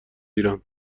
ایران